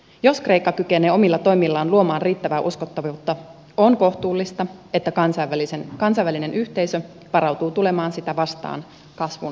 jos kreikka kykenee omilla toimillaan luomaan riittävää uskottavuutta on kohtuullista että kansainvälinen yhteisö varautuu tulemaan sitä vastaan kasvun tukemiseksi